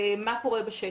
ל-100%,